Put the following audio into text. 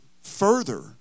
further